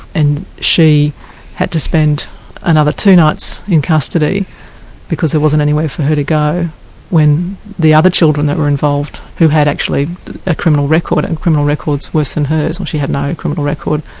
and she had to spend another two nights in custody because there wasn't anywhere for her to go when the other children that were involved who had actually a criminal record, and criminal records worse than hers, well she had no criminal record,